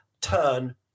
turn